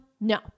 No